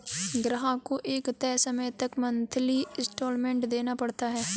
ग्राहक को एक तय समय तक मंथली इंस्टॉल्मेंट देना पड़ता है